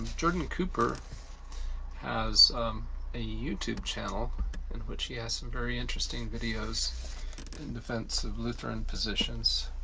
jordan cooper has a youtube channel in which he has some very interesting videos in defense of lutheran positions.